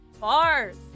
Bars